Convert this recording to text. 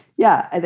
yeah, and